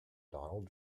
donald